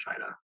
China